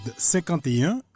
51